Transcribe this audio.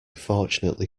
fortunately